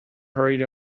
hurried